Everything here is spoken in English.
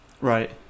right